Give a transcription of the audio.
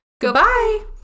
Goodbye